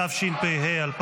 התשפ"ה 2025